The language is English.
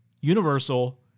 universal